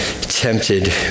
tempted